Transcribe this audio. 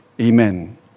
Amen